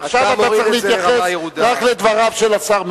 עכשיו אתה צריך להתייחס רק לדבריו של השר מרגי.